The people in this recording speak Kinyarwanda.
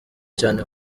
cyane